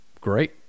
Great